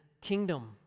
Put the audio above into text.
kingdom